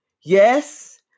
Yes